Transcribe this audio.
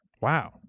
Wow